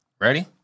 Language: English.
Ready